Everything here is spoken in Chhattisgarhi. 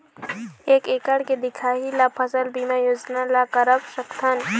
एक एकड़ के दिखाही ला फसल बीमा योजना ला करवा सकथन?